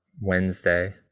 Wednesday